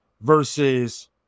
versus